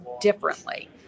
differently